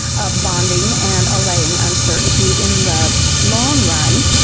of bonding and allaying uncertainty in the long run.